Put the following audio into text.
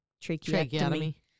tracheotomy